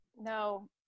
No